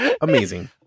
amazing